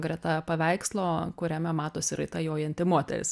greta paveikslo kuriame matosi raitą jojanti moteris